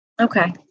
Okay